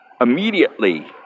Immediately